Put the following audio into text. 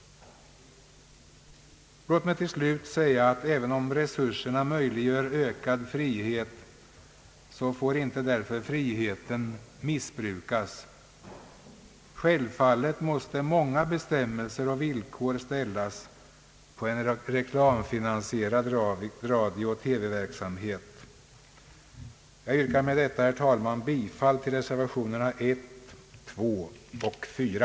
Låt mig till slut säga att även om resurserna möjliggör ökad frihet får därför inte friheten missbrukas. Självfallet måste många bestämmelser och villkor uppställas för en reklamfinansierad radiooch TV-verksamhet. Herr talman! Jag yrkar med detta bifall till reservationerna 1, 2 och 4.